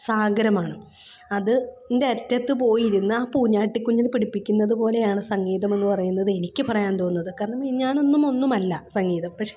സാഗരമാണ് അതിൻ്റെ അറ്റത്ത് പോയിരുന്നാല് പൂഞ്ഞാട്ടി കുഞ്ഞിനെ പിടിപ്പിക്കുന്നത് പോലെയാണ് സംഗീതമെന്ന് പറയുന്നതെനിക്ക് പറയാൻ തോന്നുന്നത് കാരണം ഞാനൊന്നുമൊന്നുമല്ല സംഗീതം പക്ഷെ